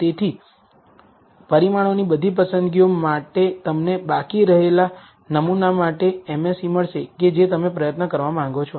તેથી પરિમાણોની બધી પસંદગીઓ માટે તમને બાકી રહેલા નમૂના માટે MSE મળશે કે જે તમે પ્રયત્ન કરવા માંગો છો